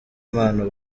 impano